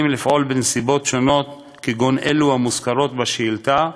לפעול בנסיבות שונות כגון אלו המוזכרות בשאילתה,